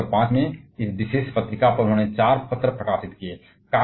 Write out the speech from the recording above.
वर्ष 1905 में इस विशेष पत्रिका पर उन्होंने 4 पत्र प्रकाशित किए